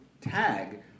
tag